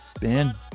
Ben